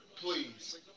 please